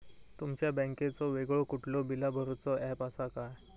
तुमच्या बँकेचो वेगळो कुठलो बिला भरूचो ऍप असा काय?